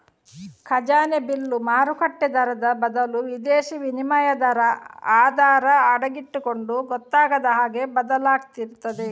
ಖಜಾನೆ ಬಿಲ್ಲು ಮಾರುಕಟ್ಟೆ ದರದ ಬದಲು ವಿದೇಶೀ ವಿನಿಮಯ ದರ ಆಧಾರ ಆಗಿಟ್ಟುಕೊಂಡು ಗೊತ್ತಾಗದ ಹಾಗೆ ಬದಲಾಗ್ತಿರ್ತದೆ